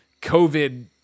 COVID